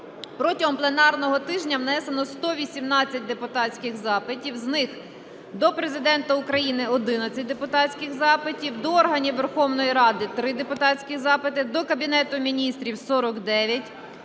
протягом пленарного тижня внесено 118 депутатських запитів. З них до Президента України – 11 депутатських запитів, до органів Верховної Ради – 3 депутатські запити, до Кабінету Міністрів – 49, до керівників